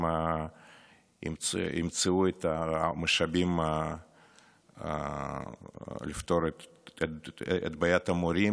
ימצאו את המשאבים לפתור את בעיית המורים,